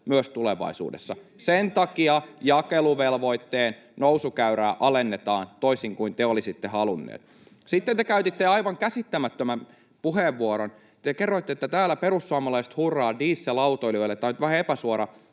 työmatkavähennystä?] Sen takia jakeluvelvoitteen nousukäyrää alennetaan, toisin kuin te olisitte halunneet. Sitten te käytitte aivan käsittämättömän puheenvuoron. Te kerroitte, että täällä perussuomalaiset hurraavat dieselautoilijoille. Tämä on nyt vähän epäsuora